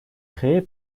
créée